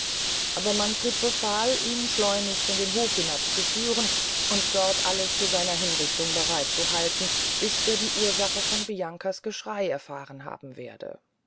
aber manfred befahl ihn schleunigst in den hof hinabzuführen und dort alles zu seiner hinrichtung bereit zu halten bis er die ursache von bianca's geschrey erfahren haben werde